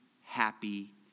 happy